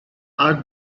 are